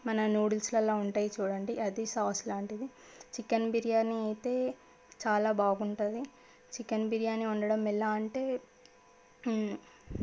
మన న్యూడిల్సలలో ఉంటాయి చూడండి అది సాస్ లాంటిది చికెన్ బిర్యాని అయితే చాలా బాగుంటుంది చికెన్ బిర్యాని వండటం ఎలా అంటే